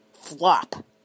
flop